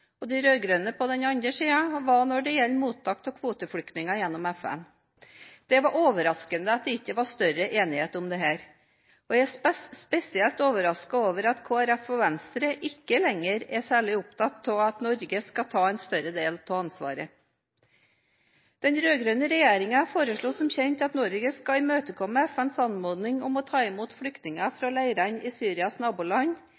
og de rød-grønne på den andre, var når det gjaldt mottak av kvoteflyktninger gjennom FN. Det var overraskende at det ikke var større enighet om dette, og jeg er spesielt overrasket over at Kristelig Folkeparti og Venstre ikke lenger er særlig opptatt av at Norge skal ta en større del av ansvaret. Den rød-grønne regjeringen foreslo som kjent at Norge skal imøtekomme FNs anmodning om å ta imot flyktninger